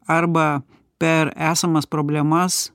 arba per esamas problemas